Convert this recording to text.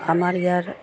আমাৰ ইয়াৰ